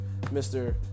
Mr